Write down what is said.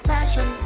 Passion